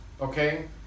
okay